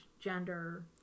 gender